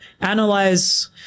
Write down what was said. analyze